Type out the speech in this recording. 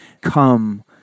come